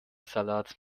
salat